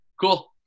Cool